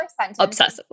obsessively